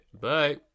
bye